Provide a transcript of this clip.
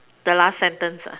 the last sentence